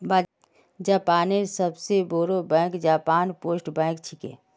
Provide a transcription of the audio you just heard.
जापानेर सबस बोरो बैंक जापान पोस्ट बैंक छिके